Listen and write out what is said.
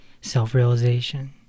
Self-realization